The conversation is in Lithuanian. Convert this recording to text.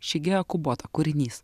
šigėjo kubota kūrinys